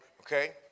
Okay